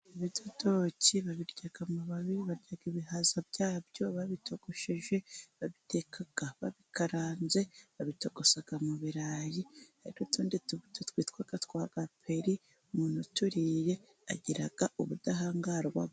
Ibidodoki babirya amababi, babirya ibihaza byabyo, babitogoshije babiteka babikaranze babitogosa mu birayi, hari n'utundi tubuto twitwa twa gaperi umuntu uturiye agiraga ubudahangarwa.